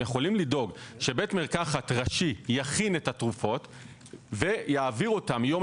יכולים לדאוג שבית מרקחת ראשי יכין את התרופות ויעביר אותן יום